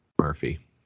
Murphy